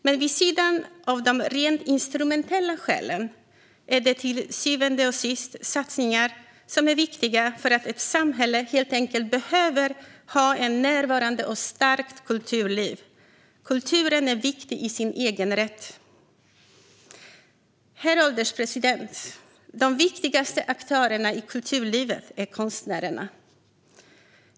Men vid sidan av de rent instrumentella skälen är detta till syvende och sist satsningar som är viktiga för att ett samhälle helt enkelt behöver ha ett närvarande och starkt kulturliv. Kulturen är viktig i sin egen rätt. Herr ålderspresident! De viktigaste aktörerna i kulturlivet är konstnärerna.